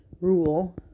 rule